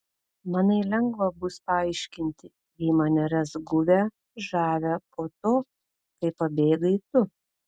manai lengva bus paaiškinti jei mane ras guvią žavią po to kai pabėgai tu